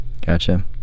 Gotcha